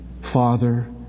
father